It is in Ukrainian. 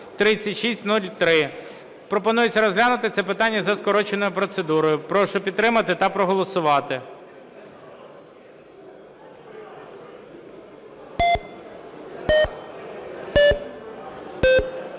Пропонується розглянути це питання за скороченою процедурою. Прошу підтримати та проголосувати.